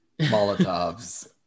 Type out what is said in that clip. Molotovs